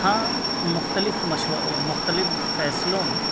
ہاں مختلف مش مختلف فیصلوں میں